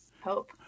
hope